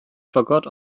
forgot